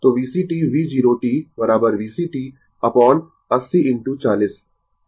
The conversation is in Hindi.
तो VCt V 0 t VCt upon 80 into 40